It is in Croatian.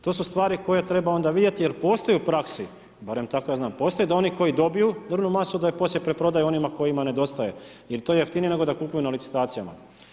To su stvari koje treba onda vidjeti jer postoji u praksi, barem tako ja znam, postoji da oni koji dobiju drvnu masu, da je poslije preprodaju onima kojima nedostaje jer je to jeftinije nego da kupuju na licitacijama.